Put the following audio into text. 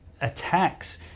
attacks